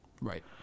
right